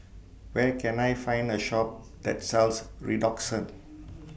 Where Can I Find A Shop that sells Redoxon